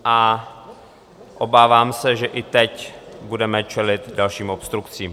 A obávám se, že i teď budeme čelit dalším obstrukcím.